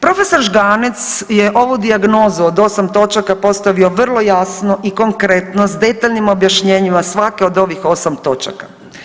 Prof. Žganec je ovu dijagnozu od 8 točaka postavio vrlo jasno i konkretno s detaljnim objašnjenjima svake od ovih 8 točaka.